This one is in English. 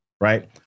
right